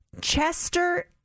Chester